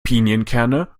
pinienkerne